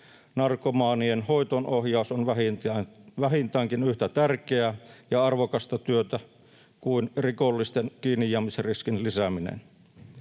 narkomaanien hoitoonohjaus on vähintäänkin yhtä tärkeää ja arvokasta työtä kuin rikollisten kiinnijäämisriskin lisääminen.